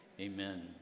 amen